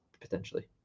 potentially